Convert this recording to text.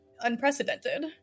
unprecedented